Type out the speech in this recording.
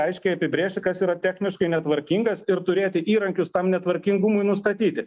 aiškiai apibrėžti kas yra techniškai netvarkingas ir turėti įrankius tam netvarkingumui nustatyti